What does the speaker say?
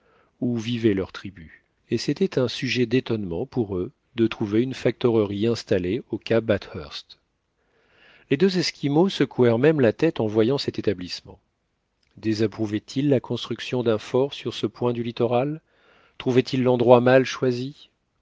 où vivait leur tribu et c'était un sujet d'étonnement pour eux de trouver une factorerie installée au cap bathurst les deux esquimaux secouèrent même la tête en voyant cet établissement désapprouvaient ils la construction d'un fort sur ce point du littoral trouvaient ils l'endroit mal choisi